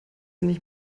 nicht